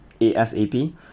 ASAP